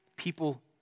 people